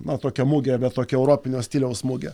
na tokią mugę bet tokią europinio stiliaus mugę